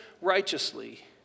righteously